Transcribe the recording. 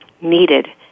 needed